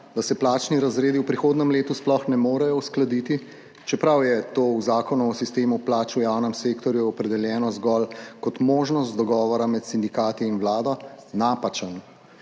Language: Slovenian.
da se plačni razredi v prihodnjem letu sploh ne morejo uskladiti, čeprav je to v Zakonu o sistemu plač v javnem sektorju opredeljeno zgolj kot možnost dogovora med sindikati in Vlado, napačen.